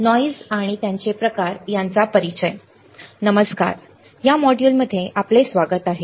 नमस्कार या मॉड्यूलमध्ये आपले स्वागत आहे